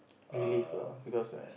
relief lah because I